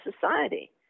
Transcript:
society